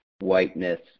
whiteness